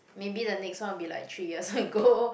maybe the next one will be like three years ago